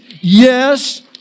Yes